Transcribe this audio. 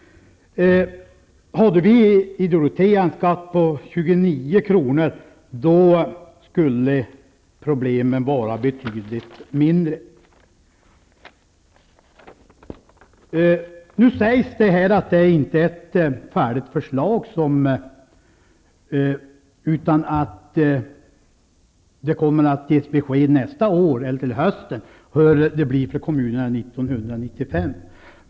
Hade vi i Dorotea haft en skatt på 29 kr. då skulle problemen vara betydligt mindre. Nu sägs att detta inte är ett färdigt förslag, utan att det kommer att ges besked nästa år eller till hösten hur det blir för kommunerna 1995.